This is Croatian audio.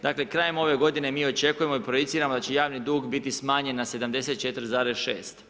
Dakle krajem ove g. mi očekujemo i projiciramo da će javni dug biti smanjen na 74,6.